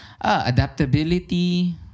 Adaptability